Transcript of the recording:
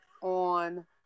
on